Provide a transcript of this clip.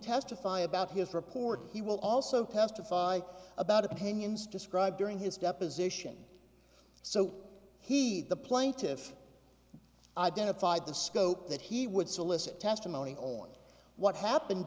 testify about his report he will also testify about opinions described during his deposition so he the plaintiff identified the scope that he would solicit testimony on what happened